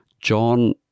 John